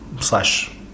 slash-